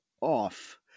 off